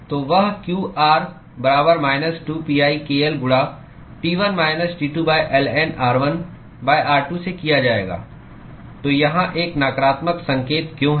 तो वह q r बराबर माइनस 2pi k L गुणा T1 minus T2 ln r1 r2 से किया जाएगा तो यहाँ एक नकारात्मक संकेत क्यों है